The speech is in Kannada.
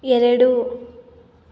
ಎರಡು